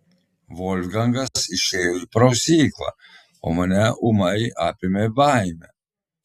volfgangas išėjo į prausyklą o mane ūmai apėmė baimė